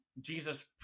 Jesus